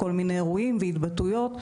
כל מיני אירועים והתבטאויות,